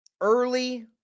early